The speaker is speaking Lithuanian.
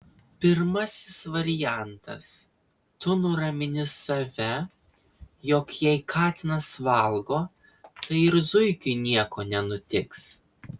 pirmasis variantas tu nuramini save jog jei katinas valgo tai ir zuikiui nieko nenutiks